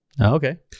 Okay